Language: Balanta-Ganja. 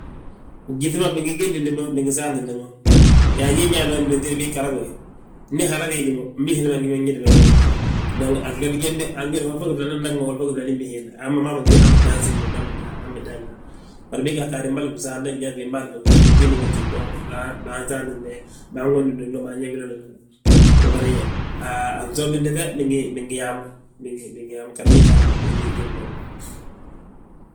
Gyíŧi ma bingi gédindi mo bingi saantindi mo, yaa ñe ñaana mdémtir bii ghara bógi. Ndi haala riijj mo mbii hilli ma ngi ma ñédi mo gébele. Dong a fladi fembe anhúri yaa wo gí fladína nnam ɓaŋ fo wo gí fladí mbii hiinda. Hamba hamma bintéy, han bidan siimdinde han bidan yaa. Bari bii ggaade, fnsaanti njan fiim bâan gíni, bintimbi bo gím bo, basaantinde, banwundidi glo, banyaa gwili. Mee bari a fnsoogndide fe, bingi yaa mo, bingi yaa mo ganti bii ggaadi mo btooti bii biñaŋ bo.